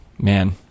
Man